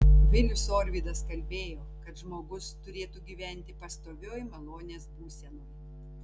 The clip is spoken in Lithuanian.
vilius orvydas kalbėjo kad žmogus turėtų gyventi pastovioj malonės būsenoj